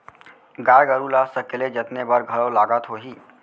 गाय गरू ल सकेले जतने बर घलौ लागत होही?